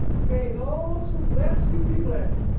may those who bless you be blessed,